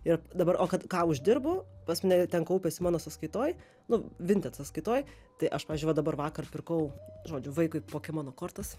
ir dabar o kad ką uždirbu pas mane ten kaupiasi mano sąskaitoj nu vinted sąskaitoj tai aš pavyzdžiui va dabar vakar pirkau žodžiu vaikui pokemono kortas